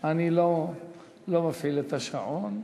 אני לא מפעיל את השעון.